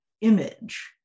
image